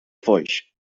foix